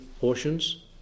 portions